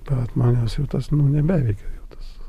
bet manęs ir tas nu nebeveikia jau tas